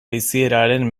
bizieraren